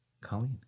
Colleen